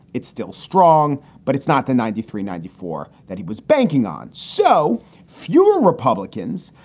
it's still strong, but it's not the ninety three ninety four that he was banking on. so fewer republicans,